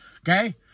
okay